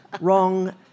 wrong